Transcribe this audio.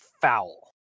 foul